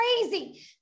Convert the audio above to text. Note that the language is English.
crazy